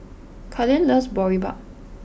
Karlene loves Boribap